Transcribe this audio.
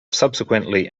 subsequently